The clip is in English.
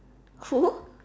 who